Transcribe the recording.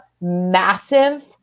massive